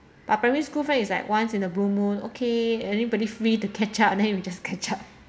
but primary school friend is like once in a blue moon okay anybody free to catch up and then you just catch up